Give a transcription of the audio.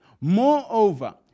Moreover